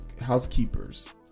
housekeepers